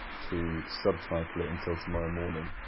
to subtitle it until tomorrow morning,